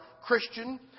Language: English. Christian